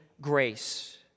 grace